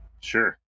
Sure